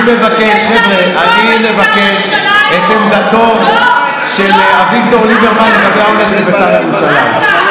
אני מבקש את עמדתו של אביגדור ליברמן לגבי העונש לבית"ר ירושלים.